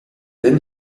then